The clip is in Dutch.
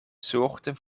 zorgde